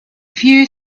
few